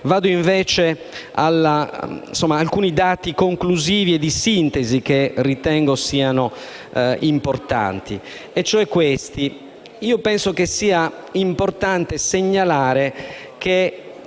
Vado invece ad alcuni dati conclusivi e di sintesi che ritengo siano importanti. Penso sia importante segnalare che